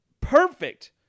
perfect